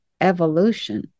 evolution